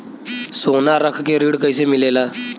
सोना रख के ऋण कैसे मिलेला?